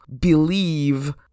believe